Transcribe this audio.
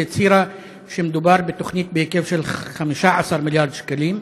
והצהירה שמדובר בתוכנית בהיקף של 15 מיליארד שקלים,